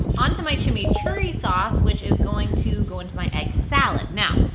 on to my chimichurri sauce, which is going to go into my egg salad. now,